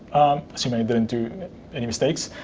assuming you didn't do any mistakes.